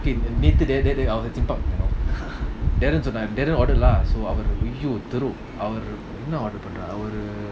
அவருஎன்ன:avaru enna order பன்றாரு:panraru prata I order